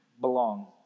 belong